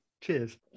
cheers